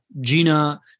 Gina